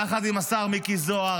יחד עם השר מיקי זוהר,